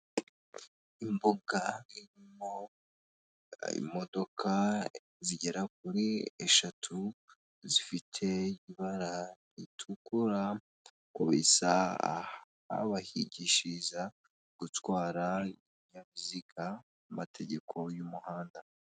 Imbuga irimo imodoka zigera kuri eshatu zifite ibara ritukura, uko bisa aha bahigishiriza gutwara ibinyabiziga n'amategeko y'umuhanda.